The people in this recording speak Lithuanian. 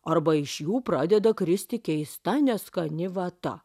arba iš jų pradeda kristi keista neskani vata